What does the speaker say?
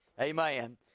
Amen